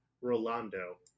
Rolando